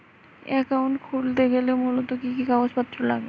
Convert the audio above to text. Account খুলতে গেলে মূলত কি কি কাগজপত্র লাগে?